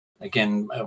Again